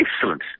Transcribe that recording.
Excellent